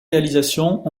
réalisations